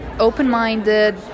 open-minded